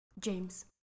James